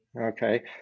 Okay